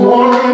one